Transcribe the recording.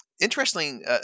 interesting